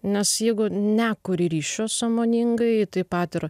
nes jeigu nekuri ryšio sąmoningai taip pat ir